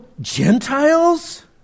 Gentiles